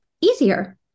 easier